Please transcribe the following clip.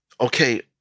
okay